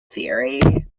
theory